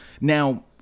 now